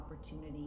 opportunity